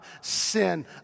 sin